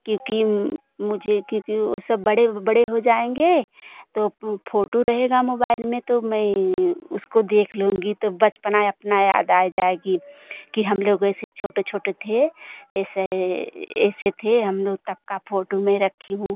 क्योंकि मुझे क्योंकि वह सब बड़े बड़े हो जाएँगे तो फोटो रहेगी मोबाइल में तो मैं उसको देख लूँगी तो बचपन अपना याद आ जाएगा कि हम लोग ऐसे छोटे छोटे थे ऐसे ऐसे थे हम लोग तब की फोटो मैं रखी हूँ